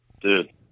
Dude